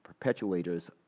perpetuators